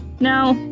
now,